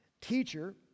Teacher